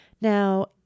now